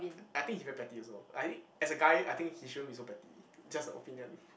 I think he very petty also I as a guy I think he shouldn't be so petty just a opinion